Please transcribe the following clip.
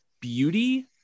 beauty